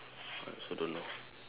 I also don't know